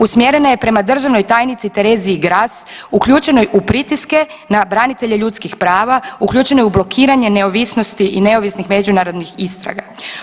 Usmjerena je prema državnoj tajnici Tereziji Gras uključenoj u pritiske na branitelje ljudskih prava, uključena je u blokiranje neovisnosti i neovisnih međunarodnih istraga.